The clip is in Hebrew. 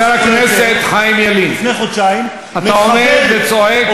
חבר הכנסת חיים ילין, אתה עומד וצועק.